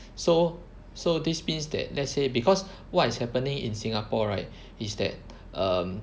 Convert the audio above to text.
so so this means that let's say because what is happening in Singapore right is that um